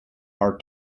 are